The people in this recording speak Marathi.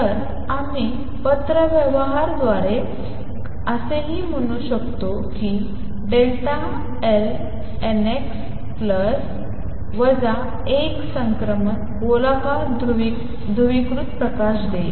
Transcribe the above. तर आम्ही पत्रव्यवहाराद्वारे असेही म्हणू शकतो की डेल्टा एल इक्वल्स प्लस वजा 1 संक्रमण गोलाकार ध्रुवीकृत प्रकाश देईल